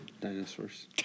Dinosaurs